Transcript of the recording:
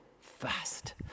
fast